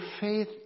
faith